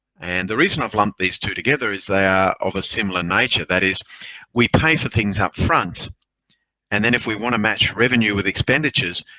and the reason i've lumped these two together is they are of a similar nature. that is we pay for things up front and then if we want to match revenue with expenditures,